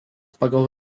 pagal